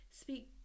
speak